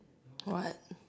what